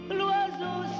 l'oiseau